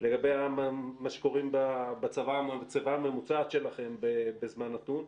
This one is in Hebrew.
לגבי מה שקוראים בצבא המצבה הממוצעת שלכם בזמן נתון.